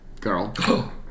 girl